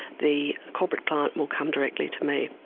the corporate client will come directly to me.